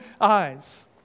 eyes